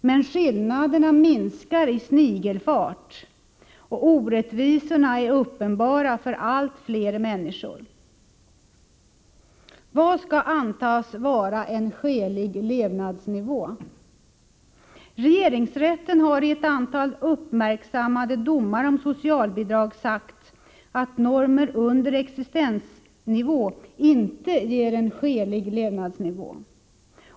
Men skillnaderna minskar i snigelfart, och orättvisorna är uppenbara för allt fler människor. Vad skall antas vara-en skälig levnadsnivå? Regeringsrätten har i ett antal uppmärksammade domar om socialbidrag sagt att normer under existensnivå inte ger skälig levnadsnivå.